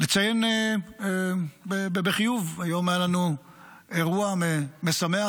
לציין בחיוב, היום היה לנו אירוע משמח.